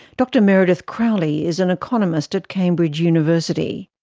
dr meredith crowley is an economist at cambridge university.